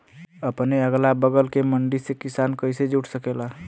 अपने अगला बगल के मंडी से किसान कइसे जुड़ सकेला?